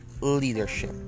leadership